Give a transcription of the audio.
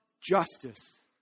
justice